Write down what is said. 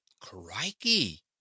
crikey